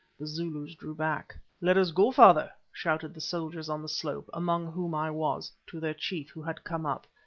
the zulus drew back. let us go, father! shouted the soldiers on the slope, among whom i was, to their chief, who had come up.